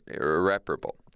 irreparable